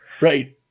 Right